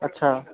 अच्छा